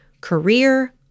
career